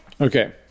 Okay